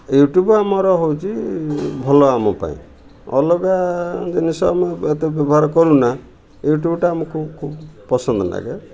YouTube ଆମର ହେଉଛି ଭଲ ଆମ ପାଇଁ ଅଲଗା ଜିନିଷ ଆମେ ଏତେ ବ୍ୟବହାର କରୁନା ୟୁଟ୍ୟୁବ୍ଟା ଆମକୁ ଖୁବ୍ ପସନ୍ଦ ଲାଗେ